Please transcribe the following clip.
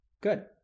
Good